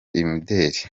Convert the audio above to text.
imideli